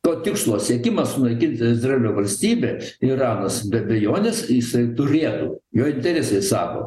to tikslo siekimas sunaikint izraelio valstybę iranas be abejonės jisai turėtų jo interesai sako